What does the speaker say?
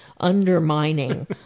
undermining